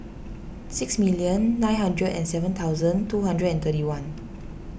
six million nine hundred and seven thousand two hundred and thirty one